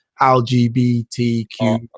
LGBTQ